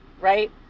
right